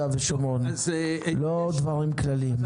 לא דברים כלליים.